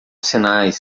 sinais